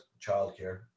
childcare